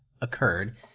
occurred